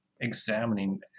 examining